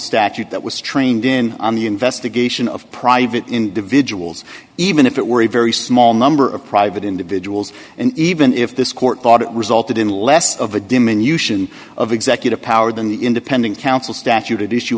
statute that was trained in on the investigation of private individuals even if it were a very small number of private individuals and even if this court thought it resulted in less of a diminution of executive power than the independent counsel statute issue